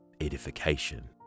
Edification